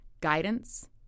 guidance